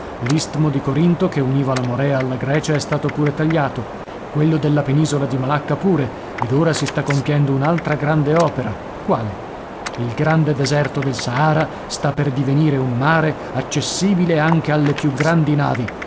l'istmo di corinto che univa la morea alla grecia è stato pure tagliato quello della penisola di malacca pure ed ora si sta compiendo un'altra grande opera quale il grande deserto del sahara sta per divenire un mare accessibile anche alle più grandi navi